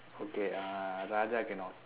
okay uh other day I cannot